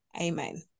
Amen